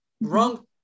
wrong